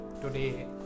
today